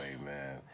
man